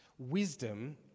Wisdom